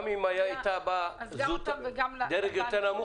גם אם היה בא דרג יותר נמוך,